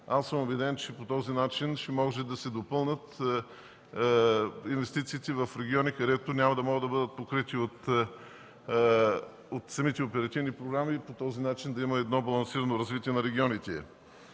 съм, че по този начин ще могат да се допълнят инвестициите в региони, които няма да могат да бъдат покрити от самите оперативни програми и по този начин ще има едно балансирано развитие на регионите.